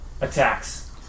attacks